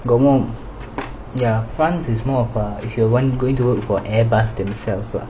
got more france is more of a if you weren't going to work for airbus themselves lah